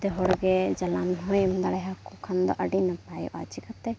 ᱡᱚᱛᱚ ᱦᱚᱲᱜᱮ ᱡᱟᱞᱟᱢ ᱮᱢ ᱫᱟᱲᱮ ᱟᱠᱚ ᱠᱷᱟᱱ ᱫᱚ ᱟᱹᱰᱤ ᱱᱟᱯᱟᱭᱚᱜᱼᱟ ᱪᱮᱠᱟᱛᱮ